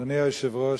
אדוני היושב-ראש,